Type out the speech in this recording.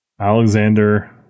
Alexander